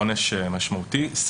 לעונש משמעותי,